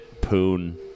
Poon